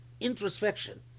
introspection